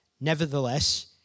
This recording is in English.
Nevertheless